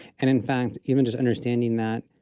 and in fact, even just understanding that